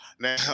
Now